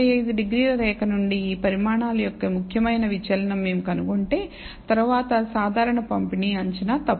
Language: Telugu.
45 డిగ్రీల రేఖ నుండి ఈ పరిమాణాల యొక్క ముఖ్యమైన విచలనం మేము కనుగొంటే తరువాత సాధారణ పంపిణీ అంచనా తప్పు